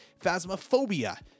phasmophobia